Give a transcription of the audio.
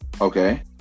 Okay